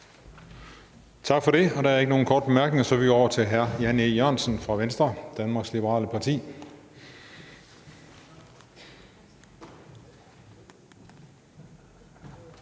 Tak for det. Der er ikke nogen korte bemærkninger, så vi går over til hr. Jan E. Jørgensen fra Venstre, Danmarks Liberale Parti.